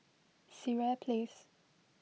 Sireh Place